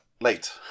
late